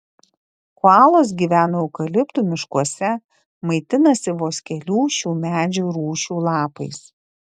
koalos gyvena eukaliptų miškuose maitinasi vos kelių šių medžių rūšių lapais